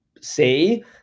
say